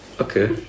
Okay